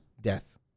death